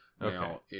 Now